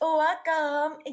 welcome